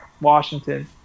Washington